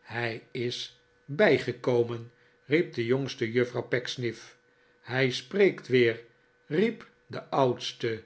hij is bijgekomen riep de jongste juffrouw pecksniff hij spreekt weer riep de oudste